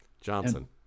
Johnson